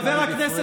חבר הכנסת